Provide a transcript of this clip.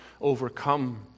overcome